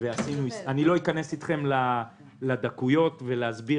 אני לא איכנס איתכם לדקויות ולא אסביר